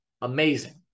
Amazing